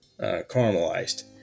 caramelized